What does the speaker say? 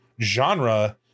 genre